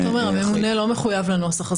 הממונה לא מחויב לנוסח הזה.